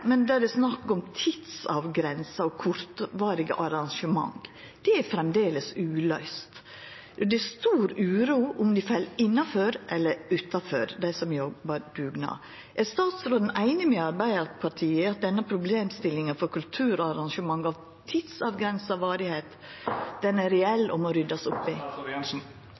men det er snakk om tidsavgrensa og kortvarige arrangement. Det er framleis uløyst. Det er stor uro om dei som jobbar dugnad, fell innanfor eller utanfor. Er statsråden einig med Arbeidarpartiet i at problemstillinga for kulturarrangement av tidsavgrensa varigheit er reell og må ryddast opp i?